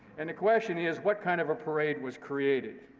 and the question is, what kind of parade was created?